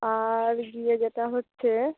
আর গিয়ে যেটা হচ্ছে